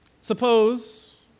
Suppose